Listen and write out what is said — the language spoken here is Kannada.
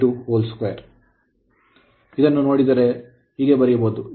ಆದ್ದರಿಂದ ಇದನ್ನು ನೋಡಿದರೆ ಅದನ್ನು ಹೀಗೆ ಬರೆಯಬಹುದು